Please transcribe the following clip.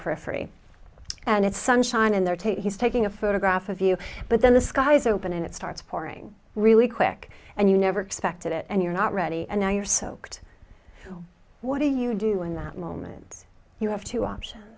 periphery and it's sunshine in there take he's taking a photograph of you but then the skies open and it starts pouring really quick and you never expected it and you're not ready and now you're soaked what do you you do in that moment you have two option